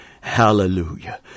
Hallelujah